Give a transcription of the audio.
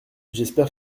j’espère